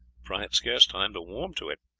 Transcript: for i had scarce time to warm to it,